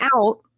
out